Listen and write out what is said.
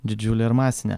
didžiulė ir masinė